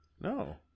No